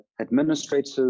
administrative